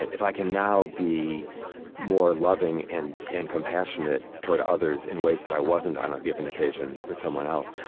if i can now be more loving and and compassionate toward others in ways that i wasn't on a given occasion with someone else,